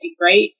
right